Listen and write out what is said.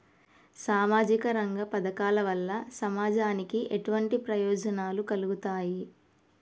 సామాజిక రంగ పథకాల వల్ల సమాజానికి ఎటువంటి ప్రయోజనాలు కలుగుతాయి?